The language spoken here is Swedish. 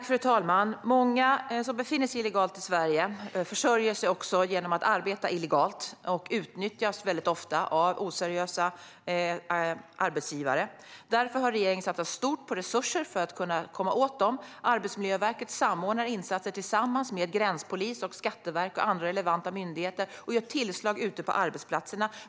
Fru talman! Många som befinner sig illegalt i Sverige försörjer sig också genom att arbeta illegalt och utnyttjas ofta av oseriösa arbetsgivare. Därför har regeringen satsat stort på resurser för att kunna komma åt dessa. Arbetsmiljöverket samordnar insatser tillsammans med gränspolisen, Skatteverket och andra relevanta myndigheter och gör tillslag ute på arbetsplatserna.